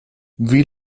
wie